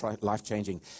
life-changing